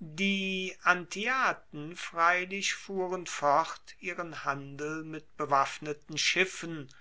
die antiaten freilich fuhren fort ihren handel mit bewaffneten schiffen